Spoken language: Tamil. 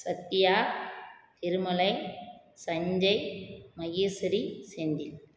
சத்தியா திருமலை சஞ்சய் மகேஸ்வரி செந்தில்